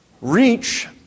reach